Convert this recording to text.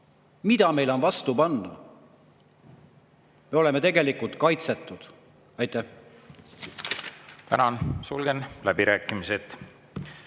Mida meil on vastu panna? Me oleme tegelikult kaitsetud. Aitäh! Tänan! Sulgen läbirääkimised.